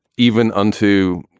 even unto,